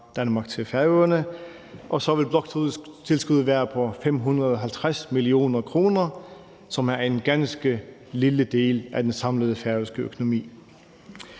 Danmark til Færøerne, og så vil bloktilskuddet være på 550 mio. kr., som er en ganske lille del af den samlede færøske økonomi.